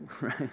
right